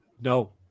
no